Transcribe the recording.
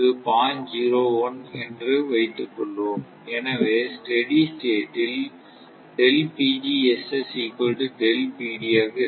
01 என்று வைத்துக்கொள்வோம் எனவே ஸ்டெடி ஸ்டேட் ல் ஆக இருக்கும்